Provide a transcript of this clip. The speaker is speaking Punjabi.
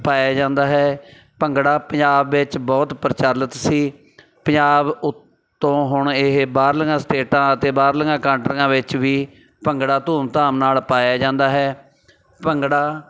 ਪਾਇਆ ਜਾਂਦਾ ਹੈ ਭੰਗੜਾ ਪੰਜਾਬ ਵਿੱਚ ਬਹੁਤ ਪ੍ਰਚਲਿਤ ਸੀ ਪੰਜਾਬ ਤੋਂ ਹੁਣ ਇਹ ਬਾਹਰਲੀਆਂ ਸਟੇਟਾਂ ਅਤੇ ਬਾਹਰਲੀਆਂ ਕੰਟਰੀਆਂ ਵਿੱਚ ਵੀ ਭੰਗੜਾ ਧੂਮਧਾਮ ਨਾਲ ਪਾਇਆ ਜਾਂਦਾ ਹੈ ਭੰਗੜਾ